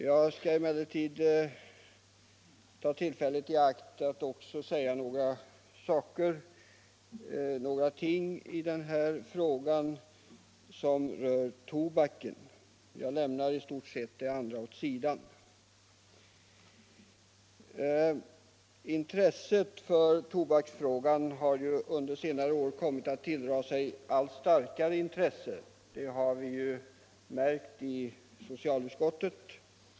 Jag skall emellertid ändå ta tillfället i akt och säga någonting i den fråga som rör tobaken — det övriga lämnar jag i stort sett åt sidan. Tobaksfrågan har under senare år kommit att tilldra sig ett allt större intresse — det har vi märkt i socialutskottet.